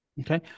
Okay